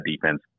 defense